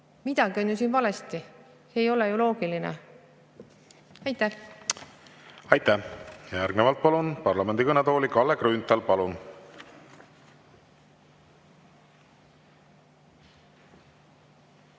Midagi on ju siin valesti, see ei ole ju loogiline. Aitäh! Järgnevalt palun parlamendi kõnetooli Kalle Grünthali.